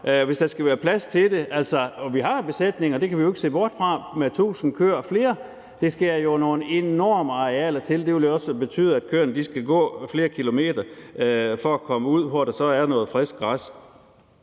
og der skal være plads til det. Vi har jo besætninger – det kan vi ikke se bort fra – med 1.000 og flere køer, og der skal jo nogle enorme arealer til, og det vil også betyde, at køerne skal gå flere kilometer for at komme derud, hvor der så er noget frisk græs.